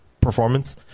performance